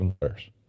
players